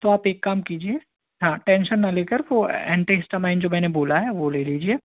तो आप एक काम कीजिए हाँ टेंशन न लेकर वो ए एंटी हिस्टामाइन जो मैंने बोला है वो ले लीजिए